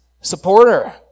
supporter